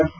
F